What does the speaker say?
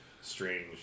strange